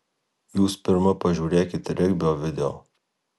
jūs pirma pažiūrėkit regbio video